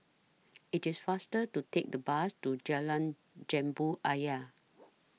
IT IS faster to Take The Bus to Jalan Jambu Ayer